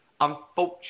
unfortunately